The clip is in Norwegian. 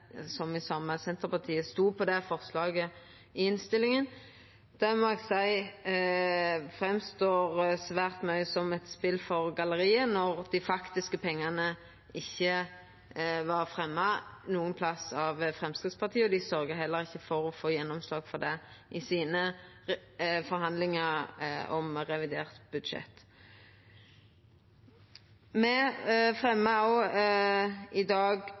som – saman med Senterpartiet – stod på det forslaget i innstillinga. Det må eg seia framstår svært mykje som eit spel for galleriet, når dei faktiske pengane ikkje var fremja nokon plass av Framstegspartiet. Dei sørgde heller ikkje for å få gjennomslag for det i forhandlingane om revidert budsjett. Me fremjar i dag